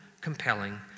compelling